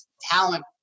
talent